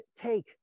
take